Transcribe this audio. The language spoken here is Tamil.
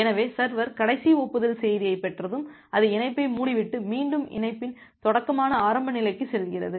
எனவே சர்வர் கடைசி ஒப்புதல் செய்தியைப் பெற்றதும் அது இணைப்பை மூடிவிட்டு மீண்டும் இணைப்பின் தொடக்கமான ஆரம்ப நிலைக்குச் செல்கிறது